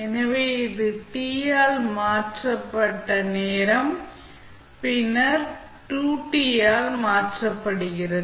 எனவே இது T ஆல் மாற்றப்பட்ட நேரம் பின்னர் நேரம் 2T ஆல் மாற்றப்படுகிறது